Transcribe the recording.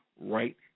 right